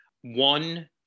One